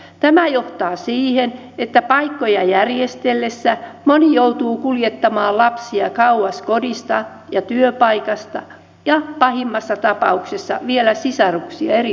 tämä johtaa siihen että paikkoja järjestellessä moni joutuu kuljettamaan lapsia kauas kodista ja työpaikasta ja pahimmassa tapauksessa vielä sisaruksia eri paikkoihin